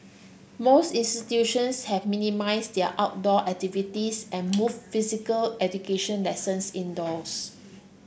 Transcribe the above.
most institutions have minimised their outdoor activities and move physical education lessons indoors